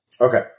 Okay